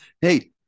Hey